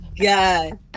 God